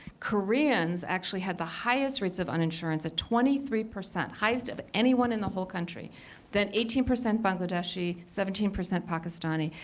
koreans actually had the highest rates of uninsurance at twenty three highest of anyone in the whole country then eighteen percent bangladeshi, seventeen percent pakistani.